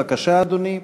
בבקשה, אדוני.